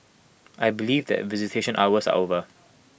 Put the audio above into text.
I believe that visitation hours are over